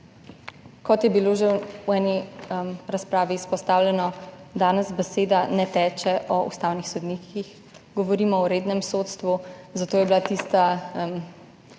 Kot je bilo že v eni razpravi izpostavljeno, danes beseda ne teče o ustavnih sodnikih, govorimo o rednem sodstvu. Zato v bistvu